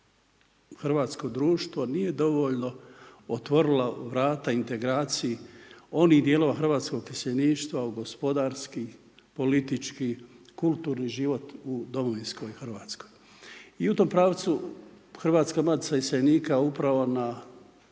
hrvatsko društvo nije dovoljno otvorilo vrata integraciji onih dijelova hrvatskog iseljeništva u gospodarski, politički, kulturni život u domovinskoj Hrvatskoj. I u tom pravcu Hrvatska matica iseljenika upravo na